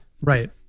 Right